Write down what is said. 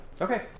Okay